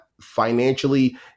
financially